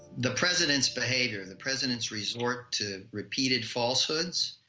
the president's behavior, the president's resort to repeated falsehoods,